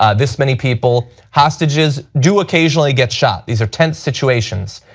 ah this many people, hostages do occasionally get shot, these are tense situations.